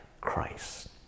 Christ